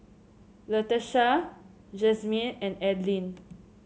Latesha Jasmyn and Adline